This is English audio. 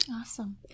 Awesome